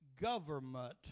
government